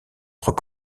trois